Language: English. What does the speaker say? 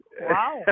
Wow